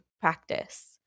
practice